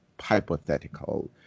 hypothetical